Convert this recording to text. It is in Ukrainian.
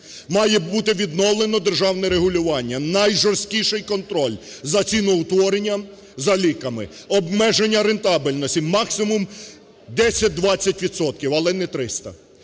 Має бути відновлено державне регулювання, найжорсткіший контроль за ціноутворенням, за ліками, обмеження рентабельності, максимум 10-20 відсотків, але не 300.